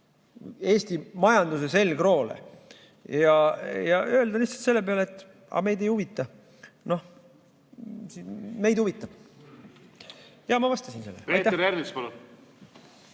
Eesti majanduse selgroole. Öelda lihtsalt selle peale, et meid ei huvita ... No meid huvitab. Jaa, ma vastasin sellele.